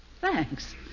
thanks